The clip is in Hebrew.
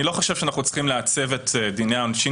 אני לא חושב שאנחנו צריכים לעצב את דיני העונשין